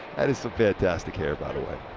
that is some fantastic hair, by the way.